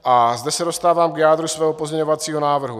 A zde se dostávám k jádru svého pozměňovacího návrhu.